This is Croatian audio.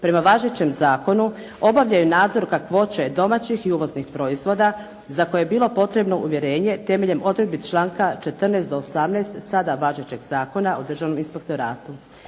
prema važećem zakonu obavljaju nadzor kakvoće domaćih i uvoznih proizvoda za koje je bilo potrebno uvjerenje temeljem odredbi članka 14. do 18. sada važećeg Zakona o Državnom inspektoratu,